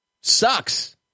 sucks